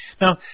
Now